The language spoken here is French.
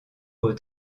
aux